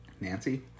Nancy